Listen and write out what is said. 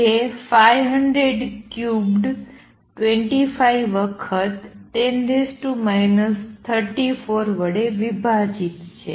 જે 5૦૦ ક્યુબ્ડ 25 વખત 10 34 વડે વિભાજિત છે